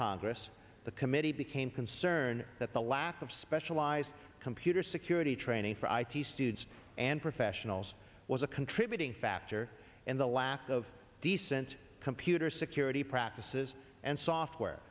congress the committee became concerned that the lack of specialized computer security training for i t stew and professionals was a contributing factor in the lack of decent computer security practices and software